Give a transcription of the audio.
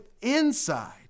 inside